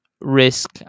risk